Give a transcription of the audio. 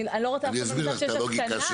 אני לא רוצה עכשיו, אני יודעת שיש הקטנה.